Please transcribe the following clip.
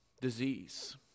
Disease